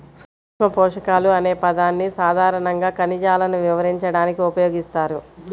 సూక్ష్మపోషకాలు అనే పదాన్ని సాధారణంగా ఖనిజాలను వివరించడానికి ఉపయోగిస్తారు